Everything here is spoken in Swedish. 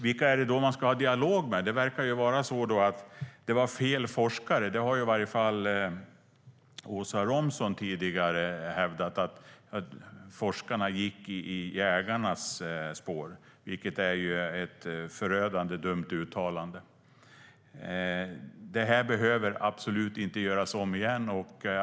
Vilka är det man ska ha dialog med? Det verkar vara fel forskare. Det har i varje fall Åsa Romson hävdat tidigare, att forskarna gick i jägarnas spår, vilket är ett förödande dumt uttalande. Detta behöver absolut inte göras om igen.